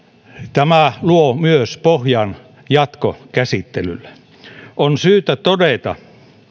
tämä luo myös pohjan jatkokäsittelylle on syytä todeta